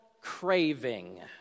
craving